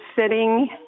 sitting